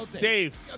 Dave